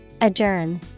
adjourn